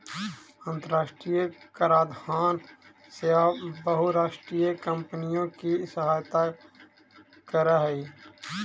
अन्तराष्ट्रिय कराधान सेवा बहुराष्ट्रीय कॉम्पनियों की सहायता करअ हई